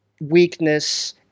weakness